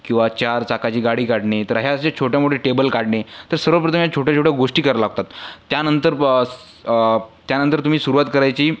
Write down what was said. किंवा चार चाकाची गाडी काढणे तर हे असे छोटे मोठे टेबल काढणे तर सर्वप्रथम या छोट्या छोट्या गोष्टी करा लागतात त्यानंतर ब स त्यानंतर तुम्ही सुरुवात करायची